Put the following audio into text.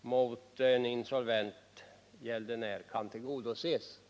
mot en insolvent gäldenär kan tillgodoses.